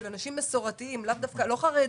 של אנשים מסורתיים - לא חרדים,